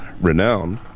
renowned